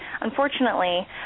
unfortunately